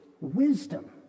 wisdom